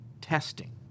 testing